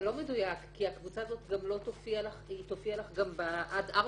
זה לא מדויק כי הקבוצה הזאת תופיע לך גם ב-4 שנים.